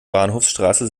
bahnhofsstraße